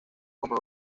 como